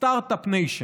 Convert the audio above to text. סטרטאפ ניישן.